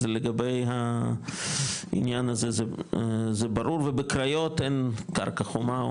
אז לגבי העניין הזה זה ברור ובקריות אין קרקע חומה,